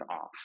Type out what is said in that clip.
off